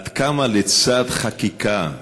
עד כמה לצד חקיקה פורייה,